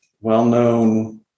well-known